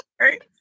right